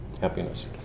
happiness